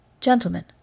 Gentlemen